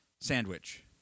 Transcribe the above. sandwich